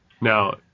Now